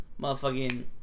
Motherfucking